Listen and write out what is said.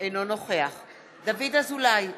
אינו נוכח דוד אזולאי,